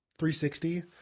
360